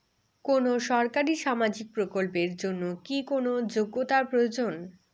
কোনো সরকারি সামাজিক প্রকল্পের জন্য কি কোনো যোগ্যতার প্রয়োজন?